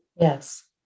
Yes